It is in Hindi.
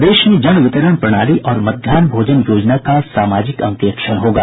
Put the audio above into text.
प्रदेश में जन वितरण प्रणाली और मध्याहन भोजन योजना का सामाजिक अंकेक्षण होगा